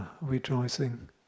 rejoicing